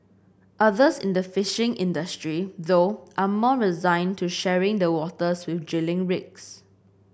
others in the fishing industry though are more resigned to sharing the waters with drilling rigs